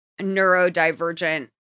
neurodivergent